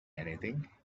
anything